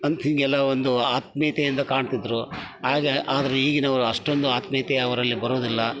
ಅಂತ ಹೀಗೆಲ್ಲ ಒಂದು ಆತ್ಮೀಯತೆಯಿಂದ ಕಾಣ್ತಿದ್ದರು ಆಗ ಆದರೆ ಈಗಿನವ್ರು ಅಷ್ಟೊಂದು ಆತ್ಮೀಯತೆ ಅವರಲ್ಲಿ ಬರೋದಿಲ್ಲ